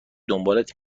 دنبالت